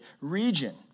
region